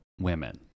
women